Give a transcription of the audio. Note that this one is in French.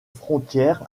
frontière